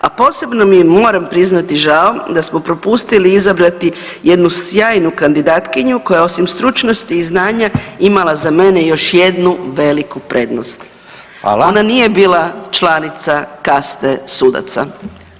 A posebno mi je moram priznati žao da smo propustili izabrati jednu sjajnu kandidatkinju koja osim stručnosti i znanja imala za mene još jednu veliku prednost [[Upadica: Hvala.]] ona nije bila članica kaste sudaca.